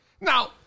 Now